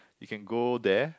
you can go there